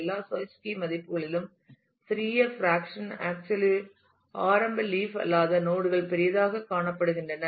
எல்லா search key மதிப்புகளிலும் சிறிய பிராக்சன் ஆக்சுவலி ஆரம்ப லீப் அல்லாத நோட் கள் பெரியதாகக் காணப்படுகின்றன